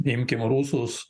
imkim rusus